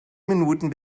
minuten